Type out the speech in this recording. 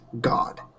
God